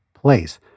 place